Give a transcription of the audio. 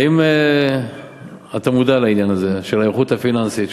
האם אתה מודע לעניין הזה של ההיערכות הפיננסית,